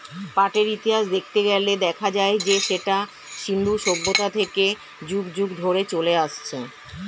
পাটের ইতিহাস দেখতে গেলে দেখা যায় যে সেটা সিন্ধু সভ্যতা থেকে যুগ যুগ ধরে চলে আসছে